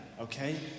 Okay